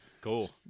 Cool